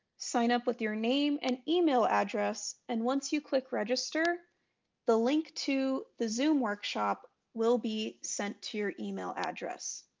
sign up with your name and email address, and once you click register the link to the zoom workshop will be sent to your email address.